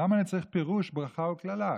למה אני צריך פירוש ברכה וקללה?